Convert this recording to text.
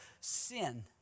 sin